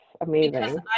amazing